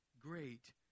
great